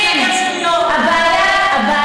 ונהי, תודה, רויטל.